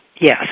yes